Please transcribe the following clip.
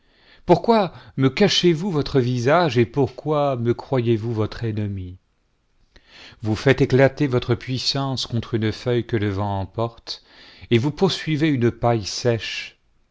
pourquoi me cachez-vous votre visage et pourquoi me croyez-vous votre ennemi vous faites éclater votre puissance contre une feuille que le vent emporte et vous poursuivez une paille sèche